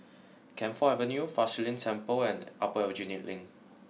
Camphor Avenue Fa Shi Lin Temple and Upper Aljunied Link